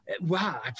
wow